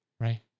right